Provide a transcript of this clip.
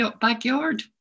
backyard